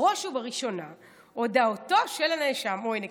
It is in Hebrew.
בראש ובראשונה הודאתו של הנאשם" הינה קיש,